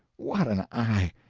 what an eye!